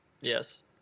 Yes